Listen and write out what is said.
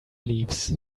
leaves